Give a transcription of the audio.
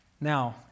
Now